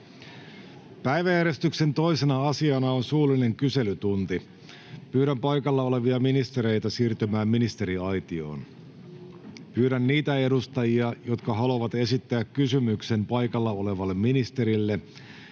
Päiväjärjestyksen 2. asiana on suullinen kyselytunti. Pyydän paikalla olevia ministereitä siirtymään ministeriaitioon. Pyydän niitä edustajia, jotka haluavat esittää kysymyksen paikalla olevalle ministerille,